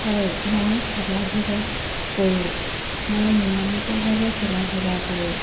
হয় মই খেলা ধূলা কৰোঁ মই নিয়মিতভাৱে খেলা ধূলা কৰোঁ